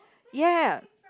ya